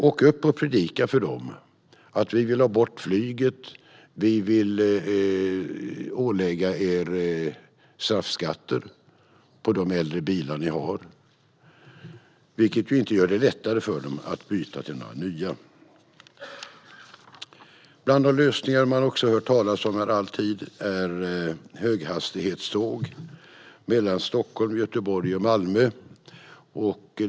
Åk upp och predika för dem att vi vill ha bort flyget och ålägga dem straffskatter på de äldre bilar de har, vilket inte gör det lättare för dem att byta till nya! Bland de lösningar man också alltid hör talas om finns höghastighetståg mellan Stockholm, Göteborg och Malmö.